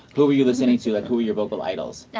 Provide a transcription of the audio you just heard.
who were you listening to, like who were your vocal idols?